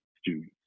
students